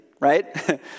right